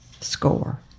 SCORE